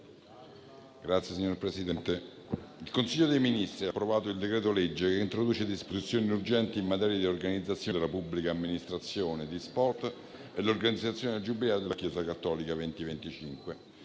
il Consiglio dei ministri ha approvato il decreto-legge che introduce disposizioni urgenti in materia di organizzazione della pubblica amministrazione, di sport e per l'organizzazione del Giubileo della Chiesa cattolica 2025.